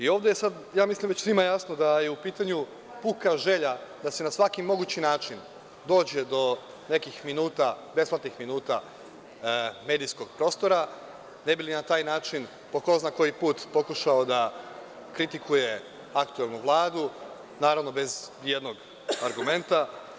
Ovde je već svima jasno da je u pitanju puka želja da se na svaki mogući način dođe do nekih minuta, besplatnih minuta medijskog prostora ne bi li na taj način po ko zna koji put pokušao da kritikuje aktuelnu Vladu, naravno bez i jednog argumenta.